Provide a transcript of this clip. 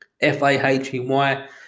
F-A-H-E-Y